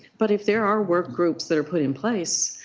but if there are workgroups that are put in place,